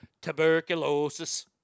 tuberculosis